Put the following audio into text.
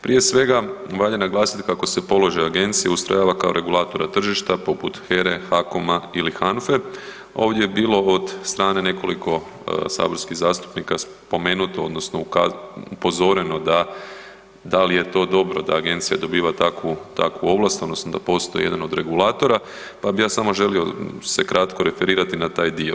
Prije svega valja naglasiti kako se položaj agencije ustrojava kao regulatora tržišta poput HERE, HAKOM-a ili HANFE, ovdje je bilo od strane nekoliko saborskih zastupnika spomenuto odnosno upozoreno da, da li je to dobro da agencija dobiva takvu ovlast, odnosno da postoji jedan od regulatora, pa bih ja samo želio se kratko referirati na taj dio.